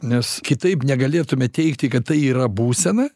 nes kitaip negalėtume teigti kad tai yra būsena